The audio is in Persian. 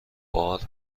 بار